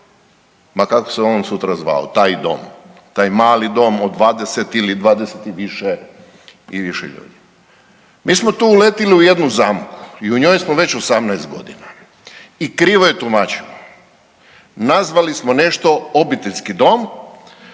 ma kako se on sutra zvao taj dom. Taj mali dom od 20 ili 20 i više i više ljudi. Mi smo tu uletili u jednu zamku i u njoj smo već 18 godina i krivo je tumačimo. Nazvali smo nešto obiteljski dom